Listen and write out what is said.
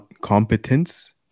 competence